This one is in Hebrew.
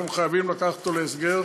היום חייבים לקחת אותו להסגר